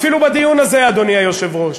אפילו בדיון הזה, אדוני היושב-ראש,